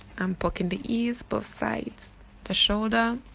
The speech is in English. i'm poking the east both sides the shoulder